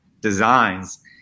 Designs